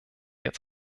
jetzt